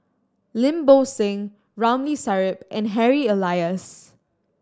Lim Bo Seng Ramli Sarip and Harry Elias